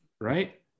right